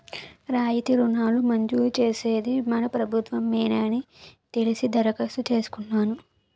రాయితీ రుణాలు మంజూరు చేసేది మన ప్రభుత్వ మేనని తెలిసి దరఖాస్తు చేసుకున్నాను